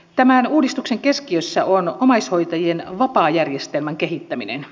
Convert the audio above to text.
tämän uudistuksen keskiössä on omaishoitajien vapaajärjestelmän kehittäminen